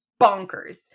bonkers